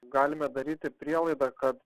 galime daryti prielaidą kad